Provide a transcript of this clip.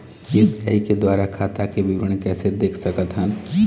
UPI के द्वारा खाता के विवरण कैसे देख सकत हन?